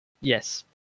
Yes